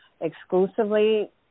exclusively